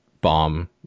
bomb